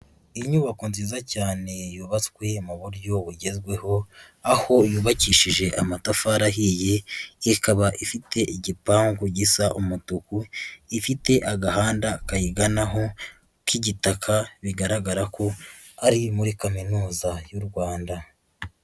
Inyubako nziza cyane yubatswe mu buryo bugezweho, aho yubakishije amatafari ahiye, ikaba ifite igipangu gisa umutuku, ifite agahanda kayiganaho k'igitaka, bigaragara ko ari muri Kaminuza y'u Rwanda.